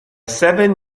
seven